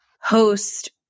host